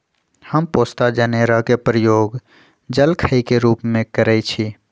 हम पोस्ता जनेरा के प्रयोग जलखइ के रूप में करइछि